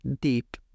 deep